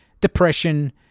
depression